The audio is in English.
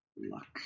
Luck